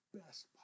best